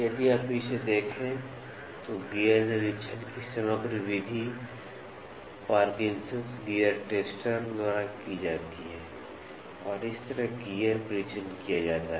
यदि आप इसे देखें तो गियर निरीक्षण की समग्र विधि Parkinson's gear tester Parkinson's Gear Tester द्वारा की जाती है और इस तरह गियर परीक्षण किया जाता है